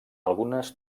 algunes